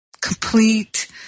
complete